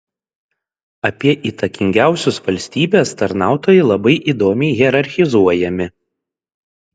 apie įtakingiausius valstybės tarnautojai labai įdomiai hierarchizuojami